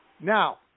Now